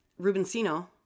Rubensino